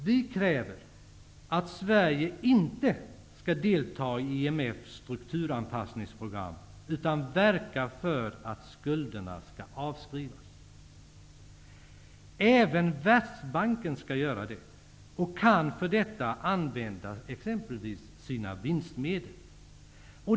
Vi kräver att Sverige inte skall delta i IMF:s strukturanpassningsprogram, utan verka för att skulderna skall avskrivas. Även Världsbanken skall göra det och kan för detta använda sina vinstmedel.